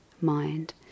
mind